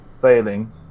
failing